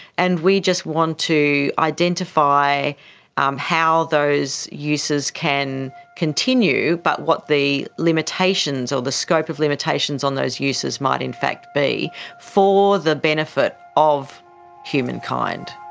and we just want to identify um how those uses can continue but what the limitations or the scope of limitations on those uses might in fact be for the benefit of humankind.